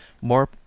More